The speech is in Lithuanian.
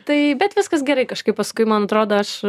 tai bet viskas gerai kažkaip paskui man atrodo aš